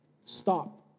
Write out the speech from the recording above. Stop